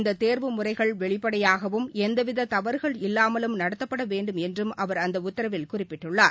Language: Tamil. இந்தத் தேர்வு முறைகள் வெளிப்படையாகவும் எந்தவிததவறுகள் இல்லாமலும் மேலும் நடத்தப்படவேண்டும் என்றும் அவர் அந்தஉத்தரவில் குறிப்பிட்டுள்ளார்